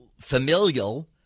familial